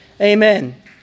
Amen